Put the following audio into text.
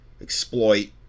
exploit